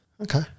Okay